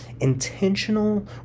intentional